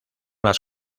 las